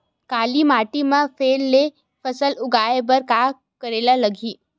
काली माटी म फेर ले फसल उगाए बर का करेला लगही?